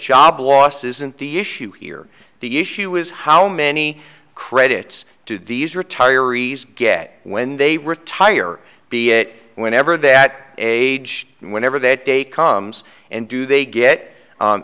job loss isn't d issue here the issue is how many credits do these retiree's get when they retire be it whenever that age whenever that day comes and do they get